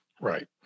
Right